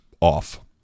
off